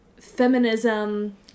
feminism